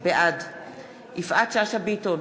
בעד יפעת שאשא ביטון,